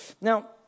Now